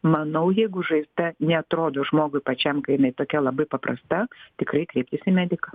manau jeigu žaizda neatrodo žmogui pačiam kai jinai tokia labai paprasta tikrai kreiptis į mediką